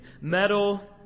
metal